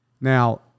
Now